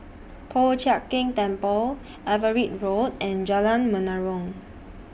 Po Chiak Keng Temple Everitt Road and Jalan Menarong